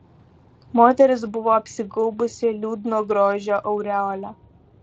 moteris buvo apsigaubusi liūdno grožio aureole